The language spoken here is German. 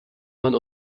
man